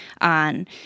on